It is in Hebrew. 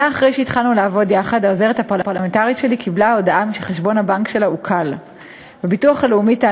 אנחנו עוברים להצעת החוק הבאה: הצעת חוק הביטוח הלאומי (תיקון מס'